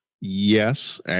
yes